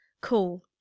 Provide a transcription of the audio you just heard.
Cool